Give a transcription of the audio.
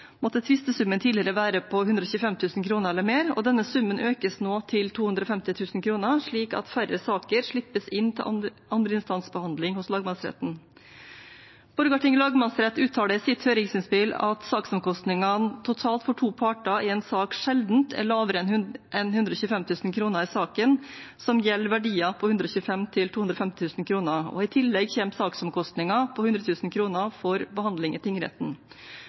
måtte tvistesummen tidligere være på 125 000 kr eller mer. Denne summen økes nå til 250 000 kr, slik at færre saker slippes inn til andreinstansbehandling hos lagmannsretten. Borgarting lagmannsrett uttaler i sitt høringsinnspill at saksomkostningene totalt for to parter i en sak sjelden er lavere enn 125 000 kr i saker som gjelder verdier på 125 000–250 000 kr, og i tillegg kommer saksomkostninger på 100 000 kr for behandling i tingretten.